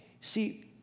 See